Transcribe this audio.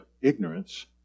ignorance